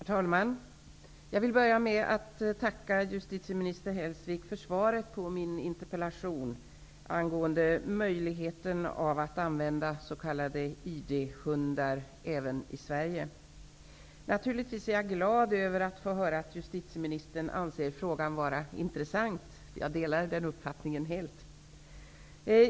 Herr talman! Jag vill börja med att tacka justitieminister Gun Hellsvik för svaret på min interpellation angående möjligheten att använda s.k. ID-hundar även i Sverige. Naturligtvis är jag glad över att få höra att justitieministern anser frågan vara intressant. Jag delar helt den uppfattningen.